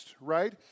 right